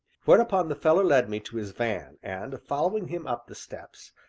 whereupon the fellow led me to his van, and, following him up the steps,